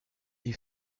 est